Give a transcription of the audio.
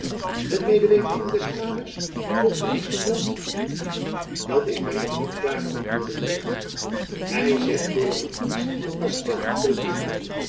met medeweten van d'estrades vroeg van espenblad dat is my nog niet klaar antwoordde de witt hy zegt door den markies van castel